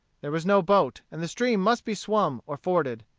there was no boat, and the stream must be swum or forded.